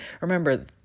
remember